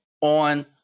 on